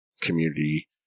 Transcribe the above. community